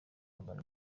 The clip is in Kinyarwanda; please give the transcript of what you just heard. urban